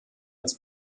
als